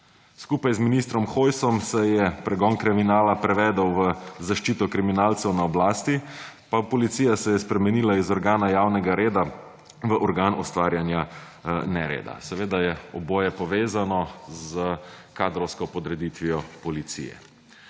Skupaj z ministrom Hojsom se je pregon kriminala prevedel v zaščito kriminalcev na oblasti pa policija se je spremenila iz organa javnega reda v organ ustvarjanja nereda. Seveda je oboje povezano s kadrovsko podreditvijo policije.